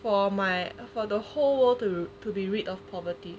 for my for the whole world to to be rid of poverty